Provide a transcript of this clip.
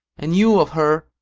and you of her,